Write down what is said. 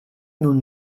nun